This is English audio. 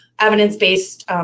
evidence-based